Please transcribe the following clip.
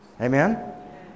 Amen